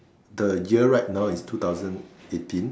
the year right now is two thousand eighteen